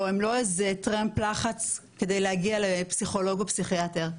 או הם לא איזה טרמפ לחץ כדי להגיע לפסיכולוג או פסיכיאטר.